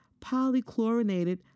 polychlorinated